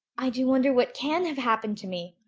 i do wonder what can have happened to me!